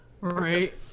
right